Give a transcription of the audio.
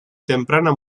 temprana